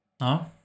No